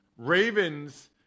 Ravens